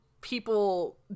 people